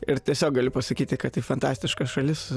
ir tiesiog galiu pasakyti kad tai fantastiška šalis